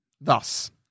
thus